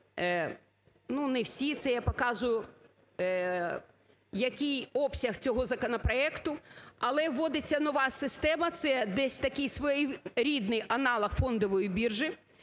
ну, не всі. Це я показую, який обсяг цього законопроекту. Але вводиться нова система. Це десь такий своєрідний аналог фондової біржі,